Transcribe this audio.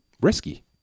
risky